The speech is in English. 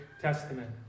Testament